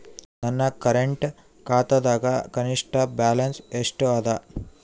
ನನ್ನ ಕರೆಂಟ್ ಖಾತಾದಾಗ ಕನಿಷ್ಠ ಬ್ಯಾಲೆನ್ಸ್ ಎಷ್ಟು ಅದ